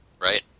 Right